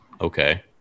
okay